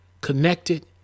connected